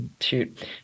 shoot